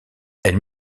elle